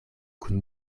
kun